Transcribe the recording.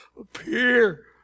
Appear